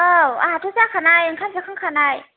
औ आहाथ' जाखानाय ओंखाम जाखां खानाय